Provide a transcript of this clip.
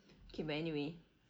okay but anyway